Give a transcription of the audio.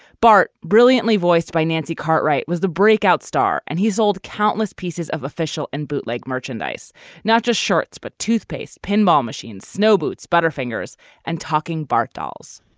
bart brilliantly voiced by nancy cartwright was the breakout star and he's old countless pieces of official and bootleg merchandise not just shirts but toothpaste pinball machines snow boots butterfingers and talking bach dolls.